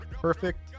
perfect